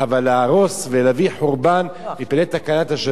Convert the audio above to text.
אבל להרוס ולהביא חורבן מפני תקנת השבים,